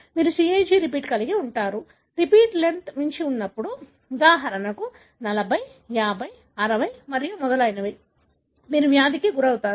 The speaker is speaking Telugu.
మీరు CAG రిపీట్ కలిగి ఉంటారు రిపీట్ లెంగ్త్ మించి ఉన్నప్పుడు ఉదాహరణకు 40 50 60 మరియు మొదలైనవి మీరు వ్యాధికి గురవుతారు